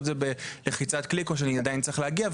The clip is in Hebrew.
את זה בלחיצת קליק או שאני עדיין צריך להגיע,